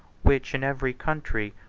which, in every country,